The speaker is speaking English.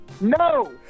No